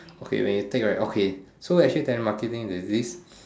okay when you take right okay so actually telemarketing there's this